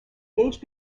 gage